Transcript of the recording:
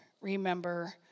remember